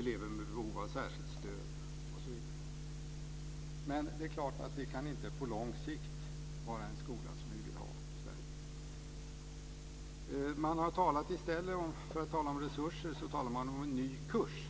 elever med behov av särskilt stöd. Det är klart att det på lång sikt inte kan vara en skola som vi vill ha i Sverige. I stället för att tala om resurser talar man om en ny kurs.